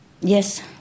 Yes